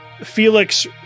Felix